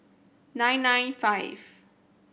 nine nine five